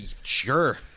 Sure